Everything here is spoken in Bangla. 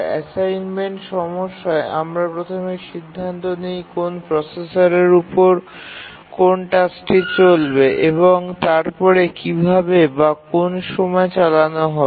অ্যাসাইনমেন্ট সমস্যায় আমরা প্রথমে সিদ্ধান্ত নিই কোন প্রসেসরের উপর কোন টাস্কটি চলবে এবং তারপরে কীভাবে বা কোন সময়ে চালানো হবে